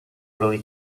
really